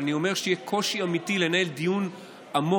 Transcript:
אבל אני אומר שיהיה קושי אמיתי לנהל דיון עמוק,